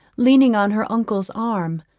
leaning on her uncle's arm.